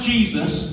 Jesus